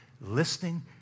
listening